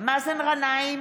מאזן גנאים,